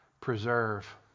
preserve